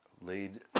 laid